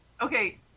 Okay